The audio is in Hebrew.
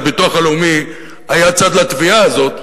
הביטוח הלאומי היה צד לתביעה הזאת,